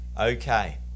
Okay